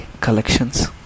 collections